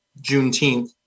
Juneteenth